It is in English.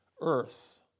earth